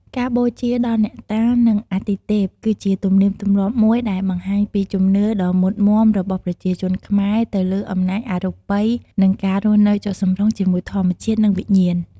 ការបូជាដល់អ្នកតា និងអាទិទេព គឺជាទំនៀមទម្លាប់មួយដែលបង្ហាញពីជំនឿដ៏មុតមាំរបស់ប្រជាជនខ្មែរទៅលើអំណាចអរូបី និងការរស់នៅចុះសម្រុងជាមួយធម្មជាតិ និងវិញ្ញាណ។